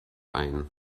ein